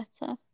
better